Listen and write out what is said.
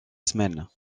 semaine